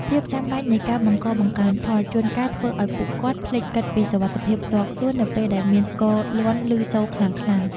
ភាពចាំបាច់នៃការបង្កបង្កើនផលជួនកាលធ្វើឱ្យពួកគាត់ភ្លេចគិតពីសុវត្ថិភាពផ្ទាល់ខ្លួននៅពេលដែលមានផ្គរលាន់ឮសូរខ្លាំងៗ។